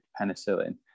penicillin